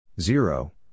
zero